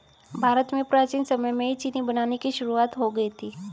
भारत में प्राचीन समय में ही चीनी बनाने की शुरुआत हो गयी थी